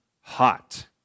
hot